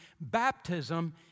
baptism